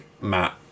matt